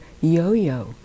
yo-yo